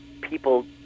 people